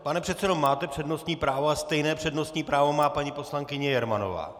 Pane předsedo, máte přednostní právo a stejné přednostní právo má paní poslankyně Jermanová.